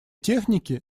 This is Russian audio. техники